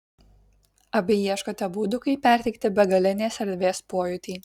abi ieškote būdų kaip perteikti begalinės erdvės pojūtį